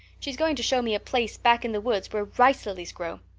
she's going to show me a place back in the woods where rice lilies grow.